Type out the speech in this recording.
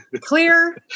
clear